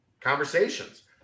conversations